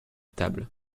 table